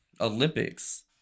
Olympics